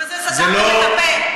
ובזה סתמתם את הפה.